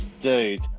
dude